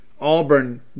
Auburn